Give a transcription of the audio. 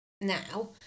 now